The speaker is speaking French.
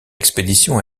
expédition